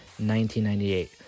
1998